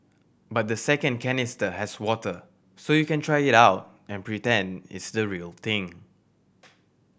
but the second canister has water so you can try it out and pretend it's the real thing